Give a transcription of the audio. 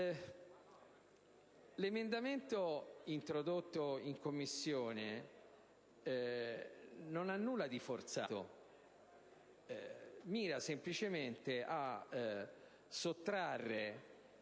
L'emendamento introdotto in Commissione non ha nulla di forzato: mira semplicemente a sottrarre